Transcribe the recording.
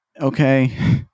okay